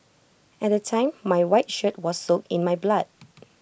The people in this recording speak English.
at the time my white shirt was soaked in my blood